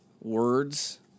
words